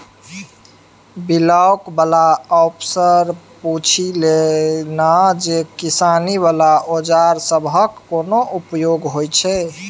Block बला अफसरसँ पुछि लए ना जे किसानी बला औजार सबहक कोना उपयोग हेतै?